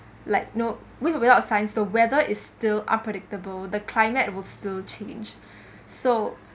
like no with or without science the weather is still unpredictable the climate will still change so